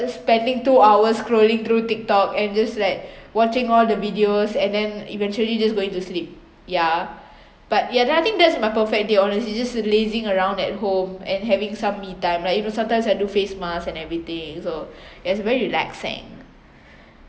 spending two hours scrolling through Tiktok and just like watching all the videos and then eventually just going to sleep ya but ya I think that's my perfect day honestly just lazing around at home and having some me time like you know sometimes I do face masks and everything so ya it's very relaxing